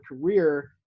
career